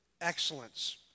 excellence